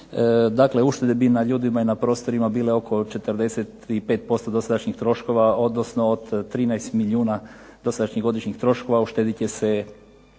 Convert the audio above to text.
Dakle, uštede bi na ljudima i na prostorima bile oko 45% dosadašnjih troškova odnosno od 13 milijuna dosadašnjih godišnjih troškova uštedit će se